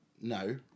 No